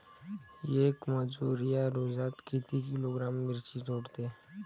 येक मजूर या रोजात किती किलोग्रॅम मिरची तोडते?